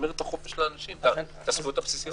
שמשמר את החופש של האנשים, את זכותם הבסיסית.